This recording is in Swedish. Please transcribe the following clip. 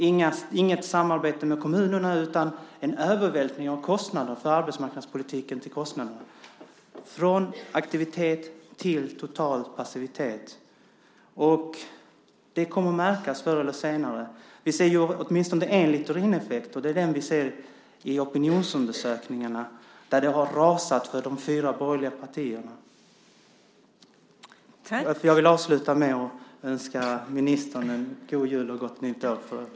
Det blir inget samarbete med kommunerna utan en övervältring av kostnaderna för arbetsmarknadsutbildningen. Ungdomarna får går från aktivitet till total passivitet. Det kommer att märkas förr eller senare. Vi ser åtminstone en Littorineffekt, och det är den vi ser i opinionsundersökningarna där siffrorna har rasat för de fyra borgerliga partierna. Jag vill avsluta med att önska ministern en god jul och ett gott nytt år.